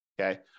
Okay